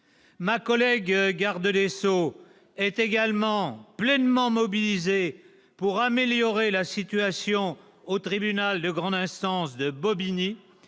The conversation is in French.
Ma collègue garde des sceaux est également pleinement mobilisée pour améliorer la situation au tribunal de grande instance de Bobigny